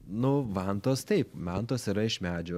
nu vantos taip mantos yra iš medžio